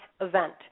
event